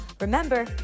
Remember